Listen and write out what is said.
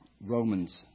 Romans